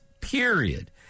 period